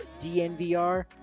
dnvr